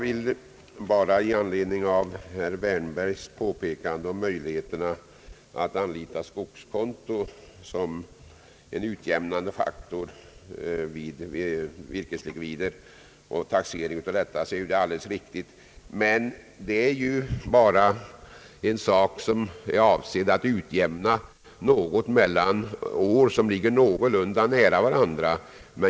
Herr talman! Herr Wärnbergs påpekande om möjligheten att anlita skogskonto som en utjämnande faktor vid virkeslikvider och taxering av dessa är alldeles riktigt. Men denna möjlighet är bara avsedd att utjämna något mellan år som ligger någorlunda nära varandra.